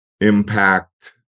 impact